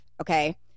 okay